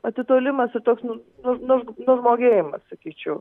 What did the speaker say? atitolimas ir toks nu nu nu nužmogėjimas sakyčiau